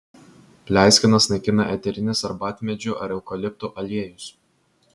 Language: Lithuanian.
pleiskanas naikina eterinis arbatmedžių ar eukaliptų aliejus